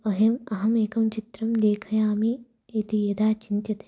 अहम् अहमेकं चित्रं लेखयामि इति यदा चिन्त्यते